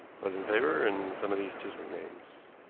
pleasant flavor in some of these chiswick names.